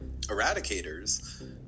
Eradicators